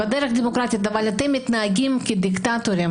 אבל אתם מתנהגים כדיקטטורים